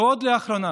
ועוד לאחרונה